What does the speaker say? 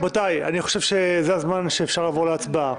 רבותיי, אני חושב שזה הזמן שאפשר לעבור להצבעה.